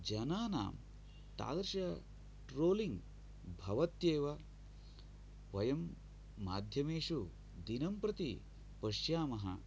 जनानां तादृश ट्रोलिङ्ग् भवत्येव वयं माध्यमेषु दिनं प्रति पश्यामः